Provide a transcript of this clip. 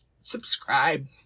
Subscribe